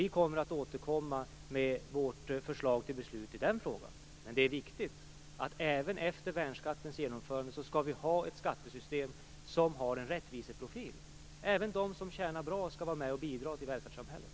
Vi återkommer med vårt förslag till beslut i den frågan. Det är viktigt att vi även efter värnskattens genomförande skall ha ett skattesystem som har en rättviseprofil. Även de som tjänar bra skall vara med och bidra till välfärdssamhället.